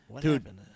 Dude